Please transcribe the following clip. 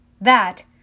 That